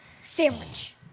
sandwich